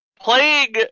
Playing